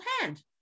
hand